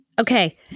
Okay